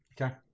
Okay